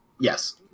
Yes